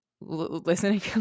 listening